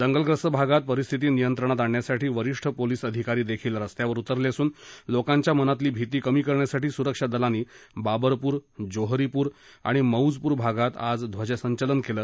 दंगलग्रस्त भागात परिस्थिती नियंत्रणात आणण्यासाठी वरिष्ठ पोलीस अधिकारी देखील रस्त्यावर उतरले असून लोकांच्या मनातली भीती कमी करण्यासाठी सुरक्षा दलांनी बाबरपूर जोहरीपूर आणि मौजपूर भागात आज ध्वजसंचलन केलं